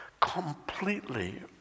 completely